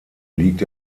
liegt